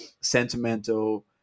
sentimental